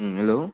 hello